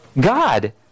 God